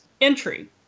entry